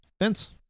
Vince